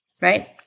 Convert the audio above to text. right